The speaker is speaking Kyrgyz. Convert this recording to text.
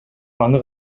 аны